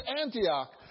Antioch